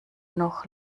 noch